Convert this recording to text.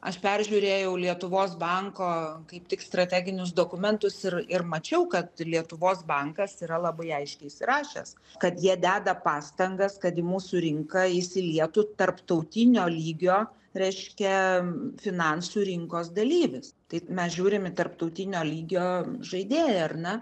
aš peržiūrėjau lietuvos banko kaip tik strateginius dokumentus ir ir mačiau kad lietuvos bankas yra labai aiškiai įsirašęs kad jie deda pastangas kad į mūsų rinką įsilietų tarptautinio lygio reiškia finansų rinkos dalyvis tai mes žiūrim į tarptautinio lygio žaidėją ar ne